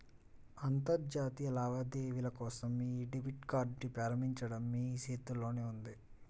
అంతర్జాతీయ లావాదేవీల కోసం మీ డెబిట్ కార్డ్ని ప్రారంభించడం మీ చేతుల్లోనే ఉంది